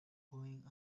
going